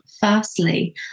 firstly